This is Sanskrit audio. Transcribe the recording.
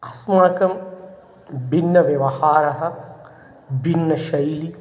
अस्माकं भिन्नव्यवहारः भिन्नशैली